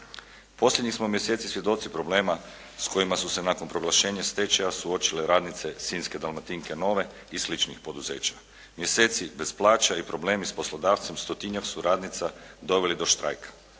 Posljednjih smo mjeseci svjedoci problema s kojima su se nakon proglašenja stečaja suočile radnice sinjske "Dalmatinke nove" i sličnih poduzeća. Mjeseci bez plaća i problemi s poslodavcem stotinjak su radnica doveli do štrajka.